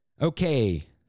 Okay